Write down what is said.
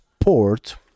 port